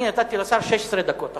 אני נתתי לשר 16 דקות עכשיו.